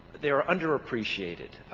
they are underappreciated.